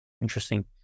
Interesting